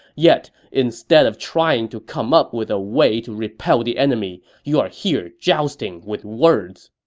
yet instead of trying to come up with a way to repel the enemy, you are here jousting with words!